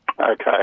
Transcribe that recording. Okay